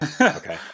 Okay